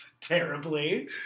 terribly